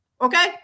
Okay